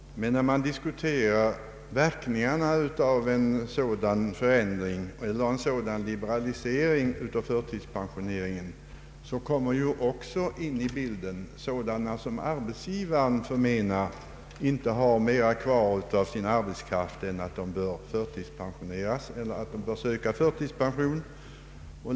Men när man diskuterar verkningarna av en sådan liberalisering av förtidspensioneringen kommer ju också in i bilden arbetare som enligt arbetsgivarens förmenande har kvar så liten del av sin arbetsförmåga att de bör söka förtidspension.